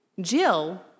Jill